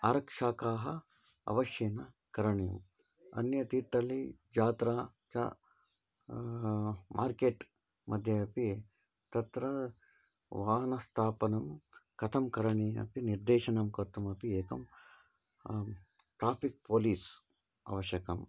आरक्षकाः अवश्यं करणीयम् अन्यत् तीर्थळ्ळि जात्रा च मार्केट् मध्ये अपि तत्र वाहनस्थापनं कथं करणीयं निर्देशनं कर्तुमपि एकं ट्राफ़िक् पोलिस् आवश्यकम्